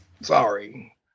Sorry